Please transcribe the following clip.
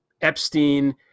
Epstein